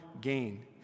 gain